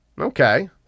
Okay